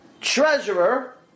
Treasurer